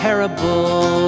Terrible